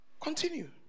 Continue